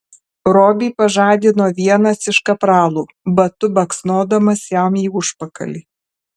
robį pažadino vienas iš kapralų batu baksnodamas jam į užpakalį